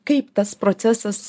kaip tas procesas